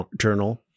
journal